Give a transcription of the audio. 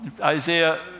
Isaiah